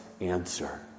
answer